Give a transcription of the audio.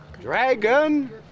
dragon